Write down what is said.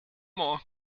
more